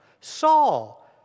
Saul